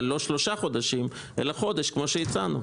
אבל לא שלושה חודשים אלא חודש כמו שהצענו.